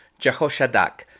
Jehoshadak